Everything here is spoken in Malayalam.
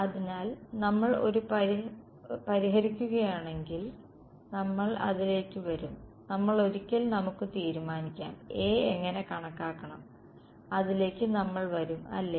അതിനാൽ നമ്മൾ ഒരു പരിഹരിക്കുകയാണെങ്കിൽ നമ്മൾ അതിലേക്ക് വരും നമ്മൾ ഒരിക്കൽ നമുക്ക് തീരുമാനിക്കാം A എങ്ങനെ കണക്കാക്കണം അതിലേക്ക് നമ്മൾ വരും അല്ലേ